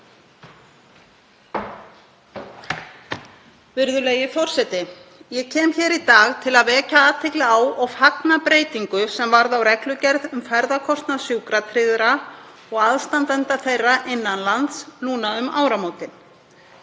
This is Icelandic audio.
Virðulegi forseti. Ég kem hér í dag til að vekja athygli á og fagna breytingu sem varð á reglugerð um ferðakostnað sjúkratryggðra og aðstandenda þeirra innan lands nú um áramótin.